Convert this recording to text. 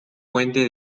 puente